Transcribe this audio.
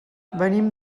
venim